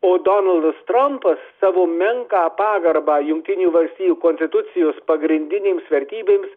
o donaldas trampas savo menką pagarbą jungtinių valstijų konstitucijos pagrindinėms vertybėms